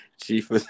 Chief